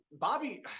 Bobby